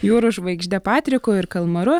jūrų žvaigžde patriku ir kalmaru